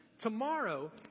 tomorrow